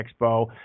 Expo